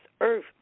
earth